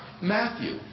Matthew